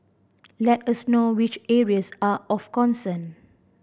let us know which areas are of concern